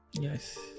yes